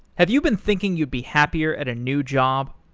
have you been thinking you'd be happier at a new job?